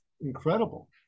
incredible